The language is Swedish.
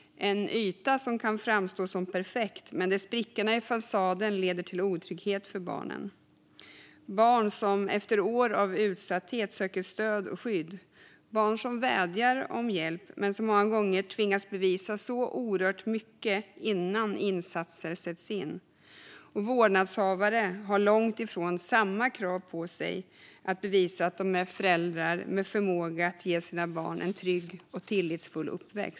Ytan kan framstå som perfekt, men sprickorna i fasaden leder till otrygghet för barnen. Det finns barn som efter år av utsatthet söker stöd och skydd. Det finns barn som vädjar om hjälp men som många gånger tvingas bevisa oerhört mycket innan insatser sätts in. Vårdnadshavare har långt ifrån samma krav på sig att bevisa att de är föräldrar med förmåga att ge sina barn en trygg och tillitsfull uppväxt.